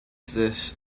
this